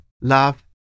love